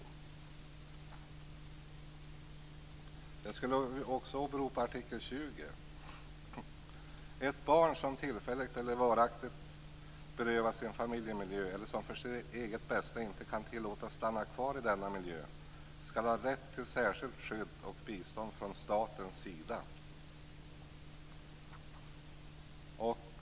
Jag skulle också åberopa artikel 20: "Ett barn som tillfälligt eller varaktigt berövats sin familjemiljö eller som för sitt eget bästa inte kan tillåtas stanna kvar i denna miljö skall ha rätt till särskilt skydd och bistånd från statens sida."